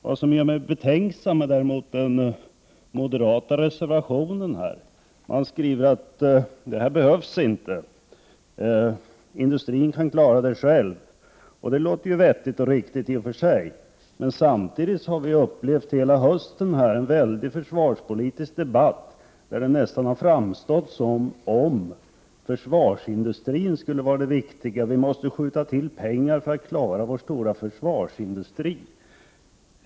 Vad som gör mig betänksam är däremot den moderata reservationen, där det sägs att det inte behövs någon statlig finansiering, för detta kan industrin klara själv. Det låter vettigt och riktigt i och för sig, men vi har hela hösten upplevt en väldig försvarspolitisk debatt, där det nästan har framstått som om försvarsindustrin skulle vara det viktiga — vi måste skjuta till pengar för att klara vår stora försvarsindustri!